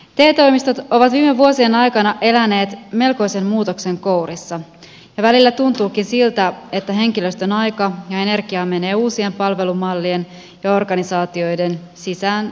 te toimistot ovat viime vuosien aikana eläneet melkoisen muutoksen kourissa ja välillä tuntuukin siltä että henkilöstön aika ja energia menee uusien palvelumallien ja organisaatioiden sisäänajamiseen